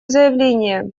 заявление